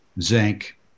zinc